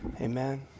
Amen